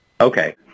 Okay